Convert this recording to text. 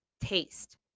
taste